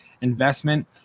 investment